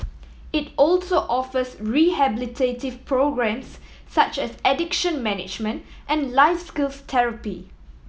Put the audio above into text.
it also offers rehabilitative programmes such as addiction management and life skills therapy